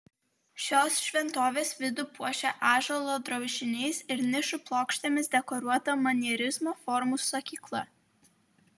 šios šventovės vidų puošia ąžuolo drožiniais ir nišų plokštėmis dekoruota manierizmo formų sakykla